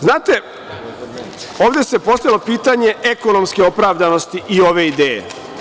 Znate, ovde se postavilo pitanje ekonomske opravdanosti i ove ideje.